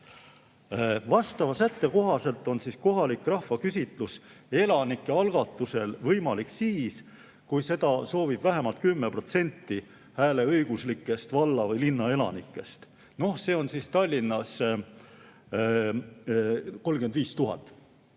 Vastava sätte kohaselt on kohalik rahvaküsitlus elanike algatusel võimalik siis, kui seda soovib vähemalt 10% hääleõiguslikest valla‑ või linnaelanikest. Noh, Tallinnas on see